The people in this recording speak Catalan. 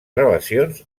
relacions